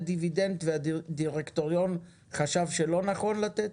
דיבידנד והדירקטוריון חשב שלא נכון לתת?